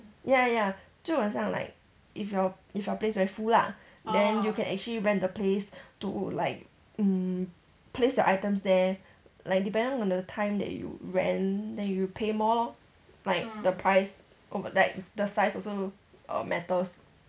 ya ya 就很像 like if your if your place very full lah then you can actually rent the place to like mm place your items there like depending on the time that you rent then you pay more lor like the price like the size also err matters